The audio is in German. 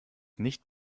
nicht